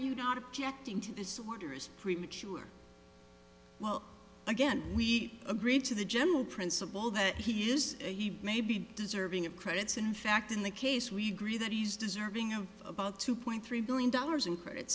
you not objecting to this orders premature well again we agreed to the general principle that he is a he may be deserving of credits and in fact in the case we agree that he's deserving of about two point three billion dollars in credit